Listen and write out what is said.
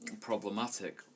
problematic